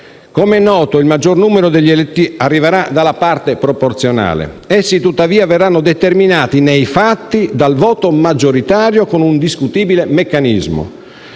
Come è noto, il maggior numero degli eletti arriverà dalla parte proporzionale. Essi, tuttavia, verranno determinati nei fatti dal voto maggioritario con un discutibile meccanismo.